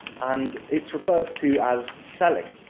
and it's referred to as selling.